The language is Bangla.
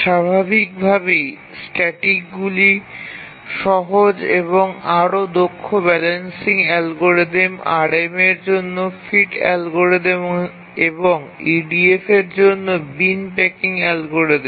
স্বাভাবিকভাবেই স্ট্যাটিকগুলি সহজ এবং আরও দক্ষ ব্যালেন্সিং অ্যালগরিদম RMAএর জন্য ফিট অ্যালগরিদম এবং EDF জন্য বিন প্যাকিং অ্যালগরিদম